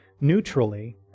neutrally